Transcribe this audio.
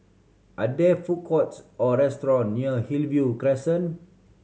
are there food courts or restaurant near Hillview Crescent